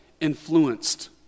influenced